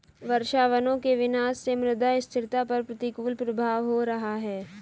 वर्षावनों के विनाश से मृदा स्थिरता पर प्रतिकूल प्रभाव हो रहा है